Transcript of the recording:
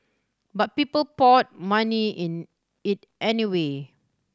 but people poured money in it anyway